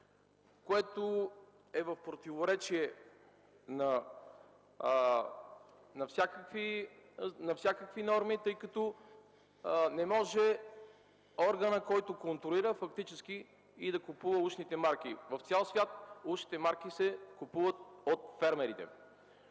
което е в противоречие на всякакви норми. Не може органът, който контролира, фактически и да купува ушните марки. В цял свят ушните марки се купуват от фермерите.